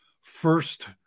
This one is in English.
first